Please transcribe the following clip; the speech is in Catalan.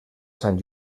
sant